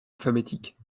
alphabétique